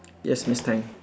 yes miss tang